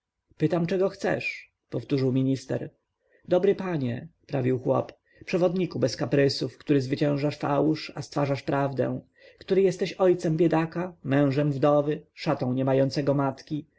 pytam czego chcesz powtórzył minister dobry panie prawił chłop przewodniku bez kaprysów który zwyciężasz fałsz a stwarzasz prawdę który jesteś ojcem biedaka mężem wdowy szatą nie mającego matki